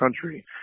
country